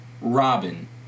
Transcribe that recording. Robin